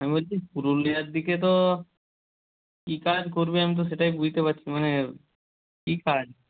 আমি বলছি পুরুলিয়ার দিকে তো কি কাজ করবি আমি তো সেটাই বুঝতে পারছি মানে কি কাজ